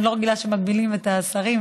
אני לא רגילה שמגבילים את השרים,